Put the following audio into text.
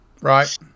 right